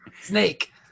snake